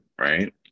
right